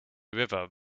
river